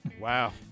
Wow